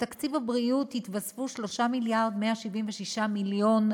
לתקציב הבריאות יתווספו 3.176 מיליארד,